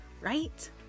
right